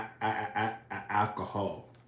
alcohol